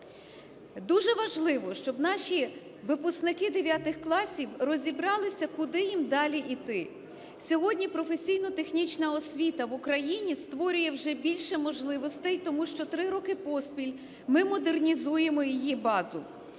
Дуже важливо, щоб наші випускники дев'ятих класів розібралися, куди їм далі йти. Сьогодні професійно-технічна освіта в Україні створює вже більше можливостей, тому що три роки поспіль ми модернізуємо її базу.